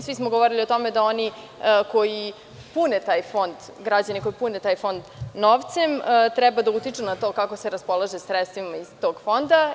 Svi smo govorili o tome da oni koji pune taj Fond, građani koji pune taj Fond novcem treba da utiču na to kako se raspolaže sredstvima iz tog Fonda.